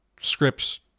scripts